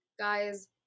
guys